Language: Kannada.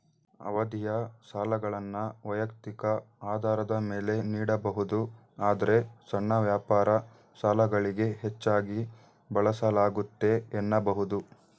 ಅವಧಿಯ ಸಾಲಗಳನ್ನ ವೈಯಕ್ತಿಕ ಆಧಾರದ ಮೇಲೆ ನೀಡಬಹುದು ಆದ್ರೆ ಸಣ್ಣ ವ್ಯಾಪಾರ ಸಾಲಗಳಿಗೆ ಹೆಚ್ಚಾಗಿ ಬಳಸಲಾಗುತ್ತೆ ಎನ್ನಬಹುದು